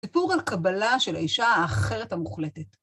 סיפור על קבלה של האישה האחרת המוחלטת.